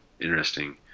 interesting